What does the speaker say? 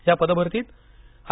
या पदभरतीत आय